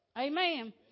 Amen